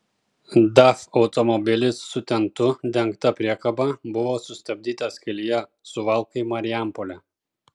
daf automobilis su tentu dengta priekaba buvo sustabdytas kelyje suvalkai marijampolė